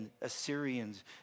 Assyrians